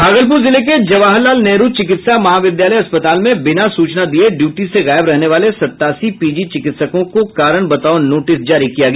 भागलपूर जिले के जवाहरलाल नेहरू चिकित्सा महाविद्यालय अस्पताल में बिना सूचना दिये ड्यूटी से गायब रहने वाले सतासी पीजी चिकित्सकों को कारण बताओ नोटिस जारी किया गया